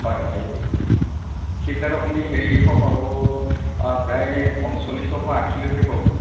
হয় হয় সেইবিলাক আপুনি হেৰিয় পৰা পাব প্ৰায় পঞ্চল্লিছৰ পৰা আশীলৈকে পাব